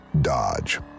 Dodge